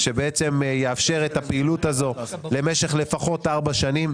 שבעצם יאפשר את הפעילות הזאת למשך לפחות ארבע שנים.